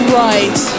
right